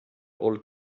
old